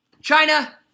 China